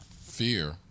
fear